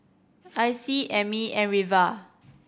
Icy Emmy and Reva